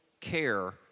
care